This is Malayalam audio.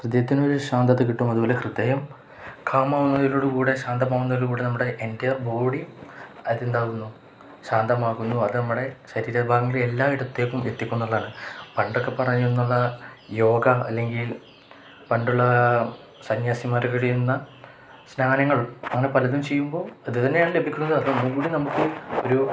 ഹൃദയത്തിനൊരു ശാന്തത കിട്ടും അതുപോലെ ഹൃദയം കാമാകുന്നതിലോടുകൂടെ ശാന്തമാകുന്നതോടുകൂടെ നമ്മുടെ എൻ്റെയർ ബോഡിയും അതെന്താകുന്നു ശാന്തമാകുന്നു അത് നമ്മുടെ ശരീരഭാഗങ്ങള് എല്ലായിടത്തേക്കും എത്തിക്കുന്നതാണ് പണ്ടൊക്കെ പറയുക എന്നുള്ള യോഗ അല്ലെങ്കിൽ പണ്ടുള്ള സന്യാസിമാരൊക്കെ ചെയ്യുന്ന സ്നാനങ്ങൾ അങ്ങനെ പലതും ചെയ്യുമ്പോള് അതു തന്നെയാണു ലഭിക്കുന്നത് കൂടി നമുക്ക് ഒരു